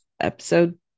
episode